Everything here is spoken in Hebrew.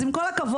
אז עם כל הכבוד,